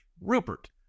Rupert